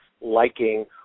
liking